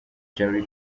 jali